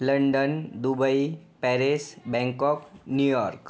London Dubai Paris Bangkok New York